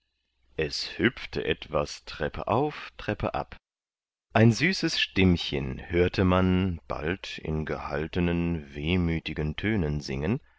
es hüpfte etwas treppe auf treppe ab ein süßes stimmchen hörte man bald in gehaltenen wehmütigen tönen singen